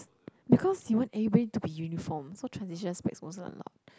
because he want everybody to be uniform so transitional specs wasn't allowed